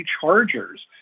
chargers